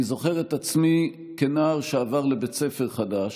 אני זוכר את עצמי כנער שעבר לבית ספר חדש,